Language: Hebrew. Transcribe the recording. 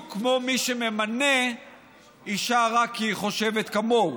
כמו מי שממנה אישה רק כי היא חושבת כמוהו.